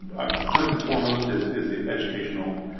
first and foremost is is the educational